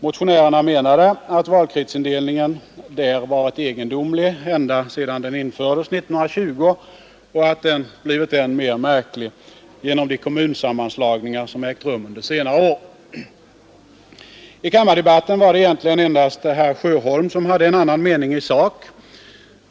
Motionärerna menade att valkretsindelningen där hade varit egendomlig ända sedan den infördes 1920 och att den blivit än mera märklig genom de kommunsammanläggningar som ägt rum under senare år. I kammardebatten var det egentligen endast herr Sjöholm som hade en annan mening i sak.